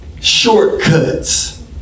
shortcuts